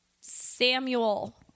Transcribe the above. Samuel